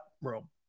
room